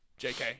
Jk